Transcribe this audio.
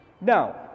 now